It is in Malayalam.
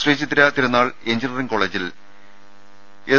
ശ്രീചിത്തിര തിരുനാൾ എഞ്ചിനിയറിങ്ങ് കോളജിൽ എസ്